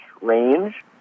range